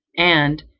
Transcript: and,